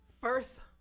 First